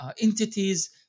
entities